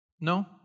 No